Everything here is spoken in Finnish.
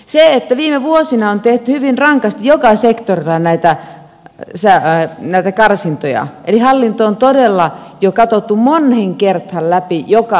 viime vuosina on tehty hyvin rankasti joka sektorilla näitä karsintoja eli hallinto on todella katsottu jo moneen kertaan läpi joka paikassa